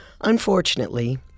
Unfortunately